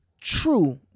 True